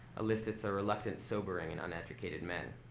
elicits a reluctance sobering in uneducated men.